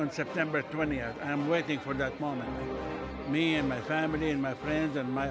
on september twentieth i am waiting for that moment me and my family and my friends and my